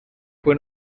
fue